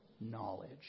Knowledge